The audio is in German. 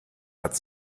hat